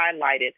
highlighted